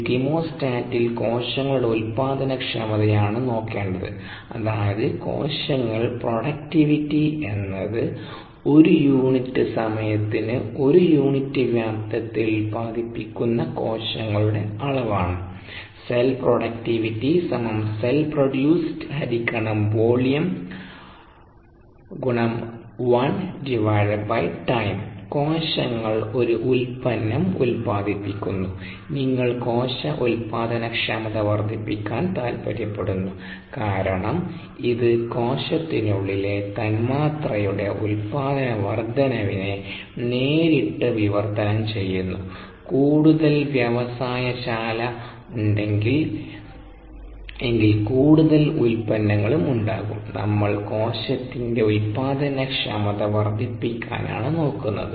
ഒരു കീമോസ്റ്റാറ്റിൽ കോശങ്ങളുടെ ഉൽപാദനക്ഷമതയാണ് നോക്കേണ്ടത് അതായത് കോശങ്ങൾ പ്രൊഡക്ടിവിറ്റി എന്നത് ഒരു യൂണിറ്റ് സമയത്തിന് ഒരു യൂണിറ്റ് വ്യാപ്തത്തിൽ ഉൽപാദിപ്പിക്കുന്ന കോശങ്ങളുടെ അളവ് ആണ് കോശങ്ങൾ ഒരു ഉൽപ്പന്നം ഉൽപാദിപ്പിക്കുന്നു നിങ്ങൾ കോശ ഉൽപാദനക്ഷമത വർദ്ധിപ്പിക്കാൻ താൽപ്പര്യപ്പെടുന്നു കാരണം ഇത് കോശത്തിനുള്ളിലെ തന്മാത്രയുടെ ഉൽപാദന വർദ്ധനവിനെ നേരിട്ട് വിവർത്തനം ചെയ്യുന്നു കൂടുതൽ വ്യവസായ ശാല ഉണ്ടെങ്കിൽ എങ്കിൽ കൂടുതൽ ഉൽപ്പന്നങ്ങളും ഉണ്ടാകും നമ്മൾ കോശത്തിന്റെ ഉൽപ്പാദനക്ഷമത വർധിപ്പിക്കാനാണ് നോക്കുന്നത്